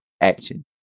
action